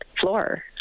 floor